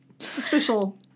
Official